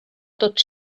tot